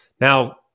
Now